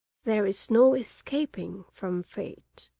there is no escaping from fate